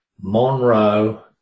Monroe